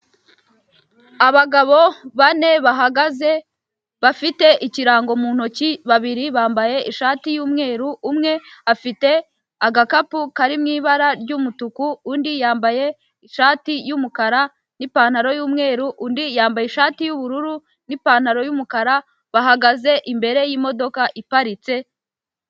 Abagabo bane bahagaze bafite ikirango mu ntoki, babiri bambaye ishati y'umweru, umwe afite agakapu kari mu ibara ry'umutuku, undi yambaye ishati y'umukara n'ipantaro y'umweru, undi yambaye ishati y'ubururu n'ipantaro y'umukara, bahagaze imbere y'imodoka iparitse...